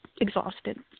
exhausted